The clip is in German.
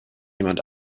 jemand